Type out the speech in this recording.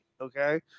okay